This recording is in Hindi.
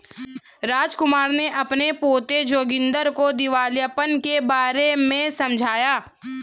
रामकुमार ने अपने पोते जोगिंदर को दिवालियापन के बारे में समझाया